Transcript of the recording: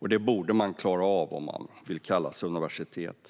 Det borde man klara om man vill kalla sig universitet.